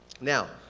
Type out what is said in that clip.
Now